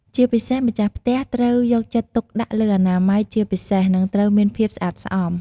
ជាពិសេសម្ចាស់ផ្ទះត្រូវយកចិត្តទុកដាក់លើអនាម័យជាពិសេស និងត្រូវមានភាពស្អាតស្អំ។